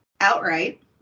outright